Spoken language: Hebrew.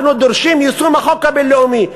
אנחנו דורשים יישום החוק הבין-לאומי.